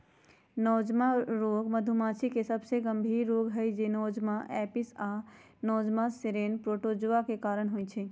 Nosema रोग मधुमाछी के सबसे गंभीर रोग हई जे नोज़ेमा एपिस आ नोज़ेमा सेरेने प्रोटोज़ोआ के कारण होइ छइ